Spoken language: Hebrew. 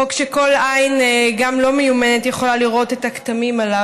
חוק שכל עין גם לא מיומנת יכולה לראות את הכתמים עליו.